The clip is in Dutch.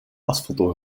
pasfoto